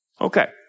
okay